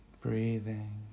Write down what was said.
breathing